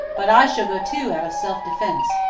but i shall go, too, out of self-defence.